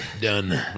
Done